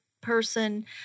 person